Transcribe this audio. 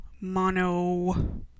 mono